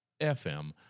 FM